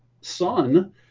son